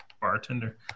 Bartender